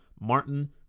Martin